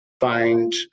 find